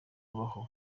babaho